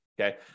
Okay